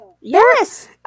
Yes